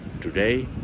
today